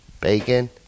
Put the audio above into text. Bacon